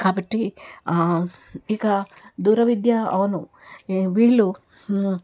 కాబట్టి ఇక దూరవిద్య అవును వీళ్ళు